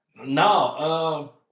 No